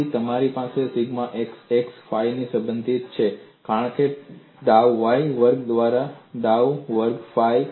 તેથી તમારી પાસે સિગ્મા xx ફાઇ થી સંબંધિત છે કારણ કે ડાઉ y વર્ગ દ્વારા ડાઉ વર્ગ ફાઇ